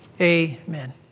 amen